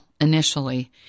initially